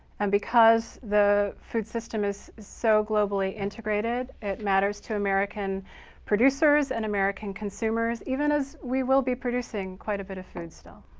and because the food system is so globally integrated, it matters to american producers and american consumers, even as we will be producing quite a bit of food still.